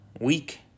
week